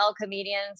comedians